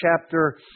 chapter